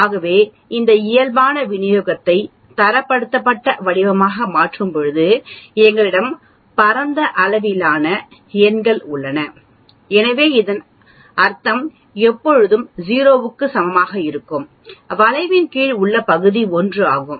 ஆகவே இந்த இயல்பான விநியோகத்தை தரப்படுத்தப்பட்ட வடிவமாக மாற்றும் போது எங்களிடம் பரந்த அளவிலான எண்கள் உள்ளன எனவே இதன் அர்த்தம் எப்போதும் 0 க்கு சமமாக இருக்கும் வளைவின் கீழ் உள்ள பகுதி 1 ஆகும்